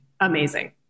amazing